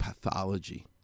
pathology